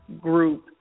group